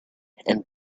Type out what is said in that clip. and